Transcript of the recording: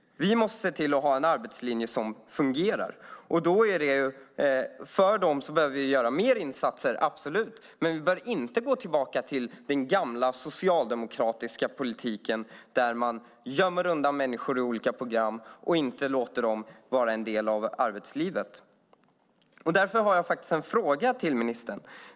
Vi måste se till att ha en arbetslinje som fungerar. För de här personerna behöver vi göra fler insatser, absolut, men vi bör inte gå tillbaka till den gamla socialdemokratiska politiken där man gömmer undan människor i olika program och inte låter dem vara en del av arbetslivet. Därför har jag faktiskt en fråga till ministern.